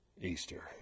Easter